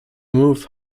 move